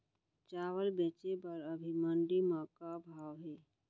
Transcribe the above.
चांवल बेचे बर अभी मंडी म का भाव हे?